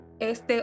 este